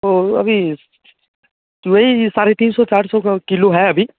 वो अभी वही साढ़े तीन सौ चार सौ का किलो है अभी